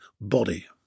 body